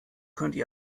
könntet